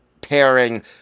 pairing